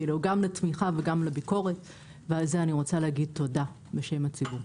גם לתמיכה וגם לביקורת ועל זה אני מודה בשם הציבור.